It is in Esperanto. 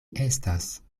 estas